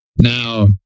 Now